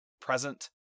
present